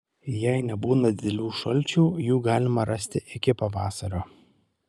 jei nebūna didelių šalčių jų galima rasti iki pavasario